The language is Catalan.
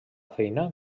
feina